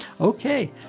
Okay